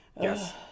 Yes